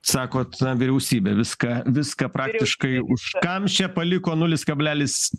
sakot na vyriausybė viską viską praktiškai užkamšė paliko nulis kablelis